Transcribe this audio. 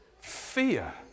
Fear